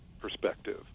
perspective